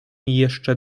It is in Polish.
jeszcze